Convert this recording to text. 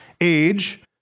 age